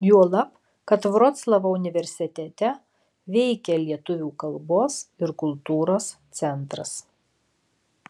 juolab kad vroclavo universitete veikia lietuvių kalbos ir kultūros centras